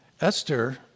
Esther